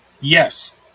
Yes